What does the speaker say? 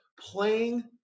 Playing